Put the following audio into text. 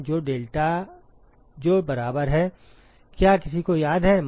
तो डेल्टा जो बराबर है क्या किसी को याद है